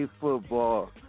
football